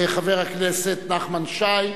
חבר הכנסת נחמן שי,